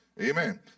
Amen